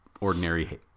ordinary